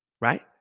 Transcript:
Right